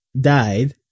died